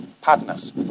Partners